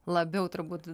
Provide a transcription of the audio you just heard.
labiau turbūt